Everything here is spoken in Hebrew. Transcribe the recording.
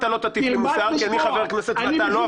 אתה לא תטיף לי מוסר כי אני חבר כנסת ואתה לא,